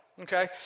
Okay